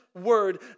word